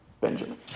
Benjamin